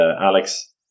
Alex